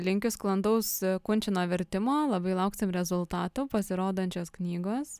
linkiu sklandaus kunčino vertimo labai lauksim rezultatų pasirodančios knygos